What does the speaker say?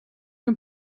een